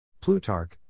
Plutarch